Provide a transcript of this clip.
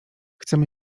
chcemy